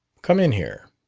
come in here.